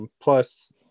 Plus